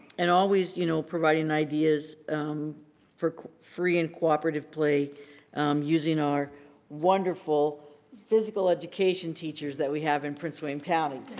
and always, and you know, providing ideas for free and cooperative play using our wonderful physical education teachers that we have in prince william county.